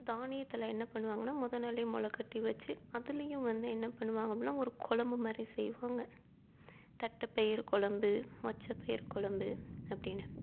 தானியத்தில் என்ன பண்ணுவாங்கன்னால் மொதல் நாளே முளக்கட்டி வெச்சு அதுலேயும் வந்து என்ன பண்ணுவாங்க அப்படின்னா ஒரு கொழம்பு மாதிரி செய்வாங்க தட்டைப்பயிறு கொழம்பு மொச்சை பயிர் கொழம்பு அப்படின்னு